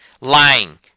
Lying